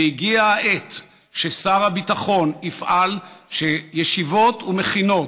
הגיעה העת ששר הביטחון יפעל כדי שישיבות ומכינות,